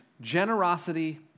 generosity